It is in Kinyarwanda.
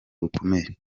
bukomeye